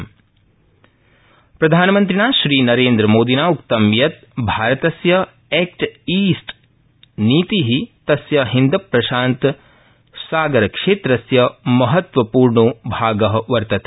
प्रधानमंत्री प्रधानमन्त्रिणा श्रीनरेन्द्रमोदिनोक्तं यत् भारतस्य एक्ट ईस्ट नीतिः तस्य हिन्दप्रशान्तसागरक्षेत्रस्य महत्वप्र्णो भाग वर्तते